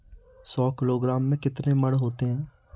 सौ किलोग्राम में कितने मण होते हैं?